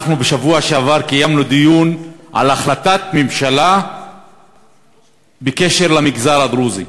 בשבוע שעבר קיימנו דיון על החלטת ממשלה בקשר למגזר הדרוזי.